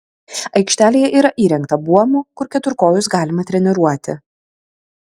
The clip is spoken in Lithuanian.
aikštelėje yra įrengta buomų kur keturkojus galima treniruoti